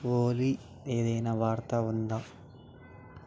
ఓలీ ఏదైనా వార్త ఉందా